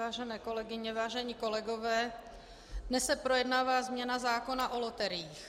Vážené kolegyně, vážení kolegové, dnes se projednává změna zákona o loteriích.